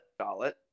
Charlotte